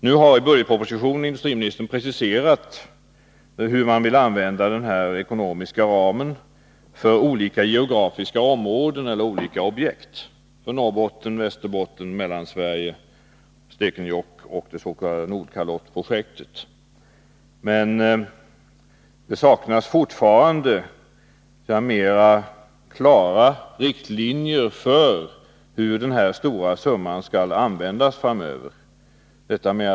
Nu har industriministern i budgetpropositionen preciserat hur han vill använda denna ekonomiska ram för olika geografiska områden och olika objekt: Norrbotten, Västerbotten, Mellansverige, Stekenjokk och det s.k. Nordkalottprojektet. Men det saknas fortfarande klara riktlinjer för hur denna stora summa framöver skall användas.